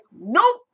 nope